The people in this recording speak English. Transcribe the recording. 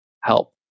help